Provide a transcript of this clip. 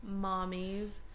mommies